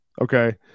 Okay